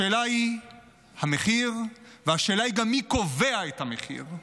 השאלה היא המחיר, והשאלה היא גם מי קובע את המחיר.